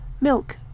Milk